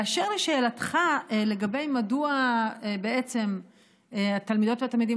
באשר לשאלתך לגבי מדוע התלמידות והתלמידים